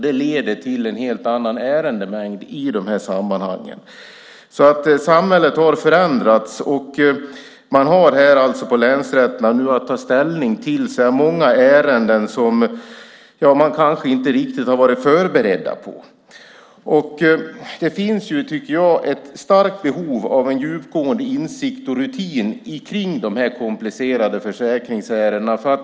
Det leder till en helt annan ärendemängd i de här sammanhangen. Samhället har alltså förändrats. I länsrätterna har man nu att ta ställning till många ärenden som man kanske inte riktigt har varit förberedd på. Det finns, menar jag, ett starkt behov av en djupgående insikt och av en rutin beträffande de här komplicerade försäkringsärendena.